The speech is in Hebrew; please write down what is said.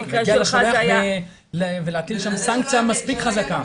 להגיע לשולח, ולהטיל שם סנקציה מספיק חזקה.